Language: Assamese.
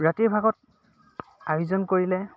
ৰাতিৰ ভাগত আয়োজন কৰিলে